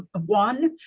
ah one,